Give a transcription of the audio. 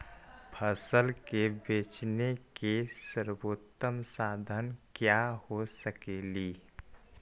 फसल के बेचने के सरबोतम साधन क्या हो सकेली?